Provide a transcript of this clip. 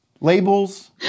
Labels